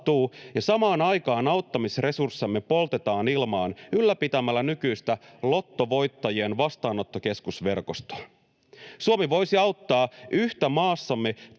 ja samaan aikaan auttamisresurssejamme poltetaan ilmaan ylläpitämällä nykyistä ”lottovoittajien” vastaanottokeskusverkostoa. Suomi voisi auttaa yhtä maassamme